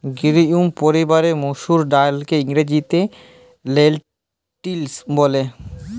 legume পরিবারের মসুর ডাইলকে ইংরেজিতে লেলটিল ব্যলে